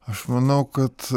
aš manau kad